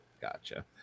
Gotcha